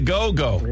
Go-Go